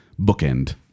bookend